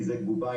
כי זו גוביינא.